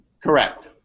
Correct